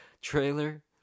trailer